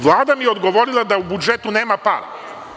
Vlada mi je odgovorila da u budžetu nema para.